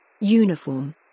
Uniform